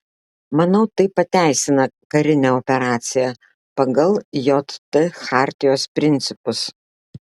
manau tai pateisina karinę operaciją pagal jt chartijos principus